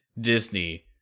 Disney